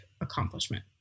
accomplishment